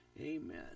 Amen